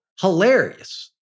Hilarious